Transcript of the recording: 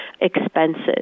expenses